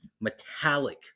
metallic